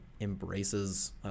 embraces